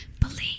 Believe